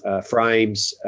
ah frames,